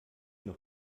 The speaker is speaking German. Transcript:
noch